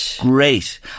great